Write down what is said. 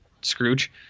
Scrooge